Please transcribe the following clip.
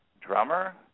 drummer